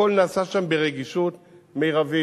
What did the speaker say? הכול נעשה שם ברגישות מרבית.